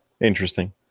Interesting